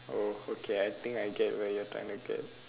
oh okay I think I get where you're trying to get